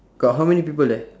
got how many people there